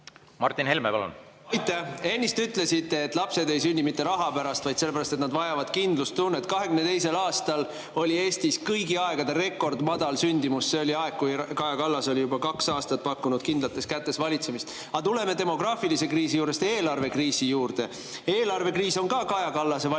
Martin Helme, palun! Aitäh! Ennist te ütlesite, et lapsed ei sünni mitte raha pärast, vaid nad vajavad kindlustunnet. 2022. aastal oli Eestis kõigi aegade madalaim, rekordmadal sündimus. See oli aeg, kui Kaja Kallas oli juba kaks aastat pakkunud kindlates kätes valitsemist. Aga tuleme demograafilise kriisi juurest eelarvekriisi juurde. Eelarvekriis on ka Kaja Kallase valitsuse